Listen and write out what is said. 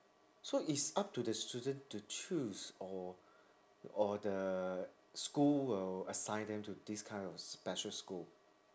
so it's up to the student to choose or or the school will assign them to this kind of special school